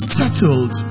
settled